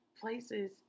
places